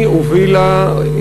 היא הובילה,